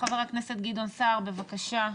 חבר הכנסת גדעון סער, בבקשה.